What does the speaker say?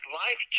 life